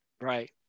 Right